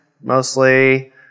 mostly